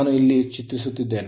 ನಾನು ಇಲ್ಲಿ ಚಿತ್ರಿಸುತ್ತಿದ್ದೇನೆ